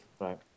right